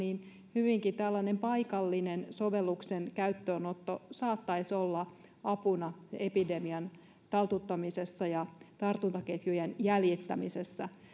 hyvinkin paikallinen sovelluksen käyttöönotto saattaisi olla apuna epidemian taltuttamisessa ja tartuntaketjujen jäljittämisessä voidaanhan